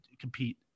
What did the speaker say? compete